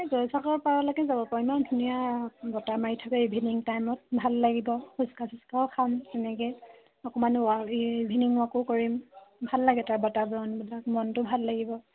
এই জয়সাগৰ পাৰলৈকে যাব পাৰো ইমান ধুনীয়া বতাহ মাৰি থাকে ইভিনিং টাইমত ভাল লাগিব ফুচকা চুচকাও খাম তেনেকৈ অকণমান ৱাক ইভিনিং ৱাকো কৰিম ভাল লাগে তাৰ বতাহ বৰণবিলাক মনটো ভাল লাগিব